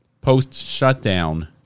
post-shutdown